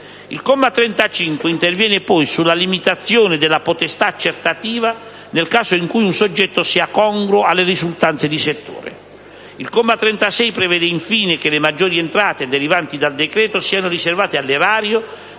Il comma 35 interviene poi sulla limitazione della potestà accertativa nel caso in cui un soggetto sia congruo alle risultanze degli studi di settore. Il comma 36 prevede infine che le maggiori entrate derivanti dal decreto siano riservate all'Erario,